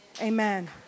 amen